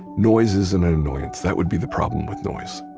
noise is an annoyance, that would be the problem with noise.